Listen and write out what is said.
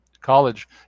College